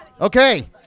Okay